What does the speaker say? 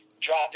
Drop